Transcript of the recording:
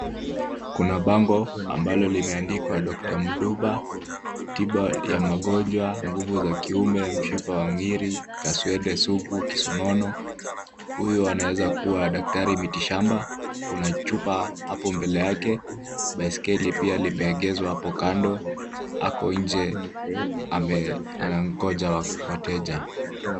Kuna bango ambalo limeandikwa Doctor Muduba, tiba ya magonjwa, nguvu za kiume, mshipa wa mwili, kaswende sugu, kisonono, huyu anaweza kuwa daktari miti shamba, kuna chupa hapo mbele yake, baiskeli pia limeegeshwa hapo kando, ako nje anangoja wateja.